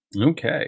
Okay